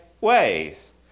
ways